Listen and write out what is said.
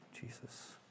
Jesus